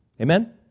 Amen